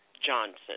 Johnson